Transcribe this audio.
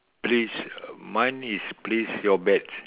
place mine is place your bet